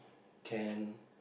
can